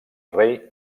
rei